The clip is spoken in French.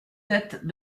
date